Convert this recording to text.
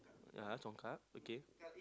ya congkak okay